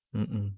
mm mm